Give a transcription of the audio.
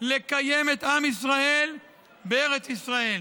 לקיים את עם ישראל בארץ ישראל.